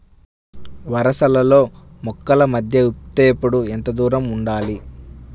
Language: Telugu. వరసలలో మొక్కల మధ్య విత్తేప్పుడు ఎంతదూరం ఉండాలి?